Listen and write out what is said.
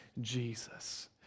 Jesus